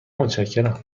متشکرم